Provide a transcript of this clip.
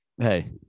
hey